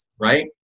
right